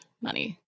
money